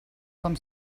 com